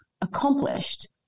accomplished